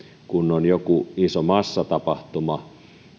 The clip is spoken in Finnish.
kun on joku iso massatapahtuma